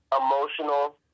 emotional